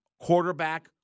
quarterback